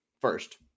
first